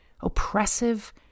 oppressive